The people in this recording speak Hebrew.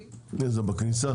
-- בכניסה?